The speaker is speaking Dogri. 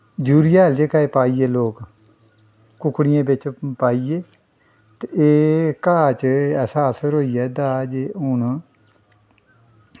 यूरिया हैल जेह्का एह् पाइयै लोक कुक्कड़ियें च पाइयै ते एह् घाऽ च ऐसा असर होई गेदा एह्दा जे